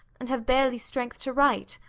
and have barely strength to write,